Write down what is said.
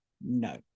No